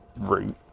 route